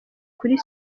kuri